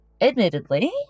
admittedly